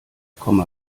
komma